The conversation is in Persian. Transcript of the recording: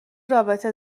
رابطه